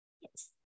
Yes